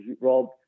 Rob